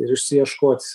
ir išsiieškot